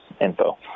info